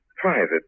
Private